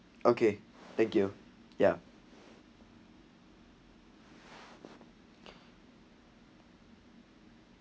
okay thank you ya